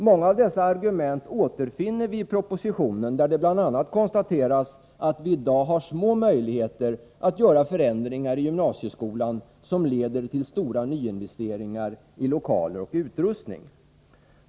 Många av dessa argument återfinner vi i propositionen, där det bl.a. konstateras att vi i dag har små möjligheter att göra sådana förändringar i gymnasieskolan som medför stora nyinvesteringar i lokaler och utrustning.